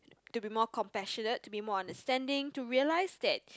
to be more compassionate to be more understanding to realise that